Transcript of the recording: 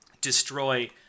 destroy